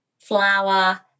flour